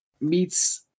meets